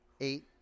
eight